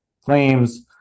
claims